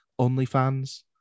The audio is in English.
OnlyFans